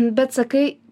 bet sakai